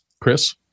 Chris